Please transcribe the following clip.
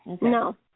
no